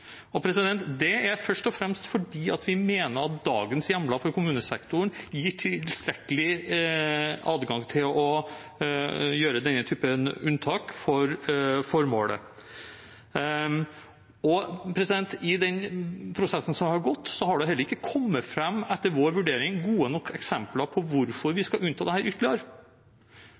Det er først og fremst fordi vi mener at dagens hjemler for kommunesektoren gir tilstrekkelig adgang til å gjøre denne typen unntak for formålet. I den prosessen som har vært, har det heller ikke kommet fram – etter vår vurdering – gode nok eksempler på hvorfor vi skal unnta dette ytterligere.